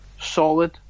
solid